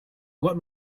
what